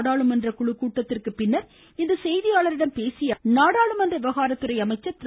நாடாளுமன்ற குழு கூட்டத்திற்கு பின்னர் இன்று செய்தியாளரிடம் இதை தெரிவித்த நாடாளுமன்ற விவகாரத்துறை அமைச்சர் திரு